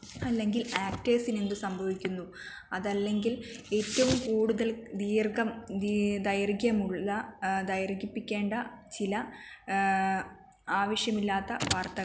അല്ലെങ്കിൽ ആക്ടേഴ്സിനെന്തു സംഭവിക്കുന്നു അതല്ലെങ്കിൽ ഏറ്റവും കൂടുതൽ ദീർഘം ദൈർഘ്യമുള്ള ദൈർഘിപ്പിക്കേണ്ട ചില ആവശ്യമില്ലാത്ത വാർത്ത